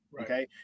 okay